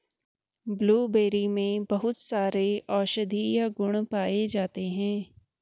blueberry में बहुत सारे औषधीय गुण पाये जाते हैं